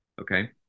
Okay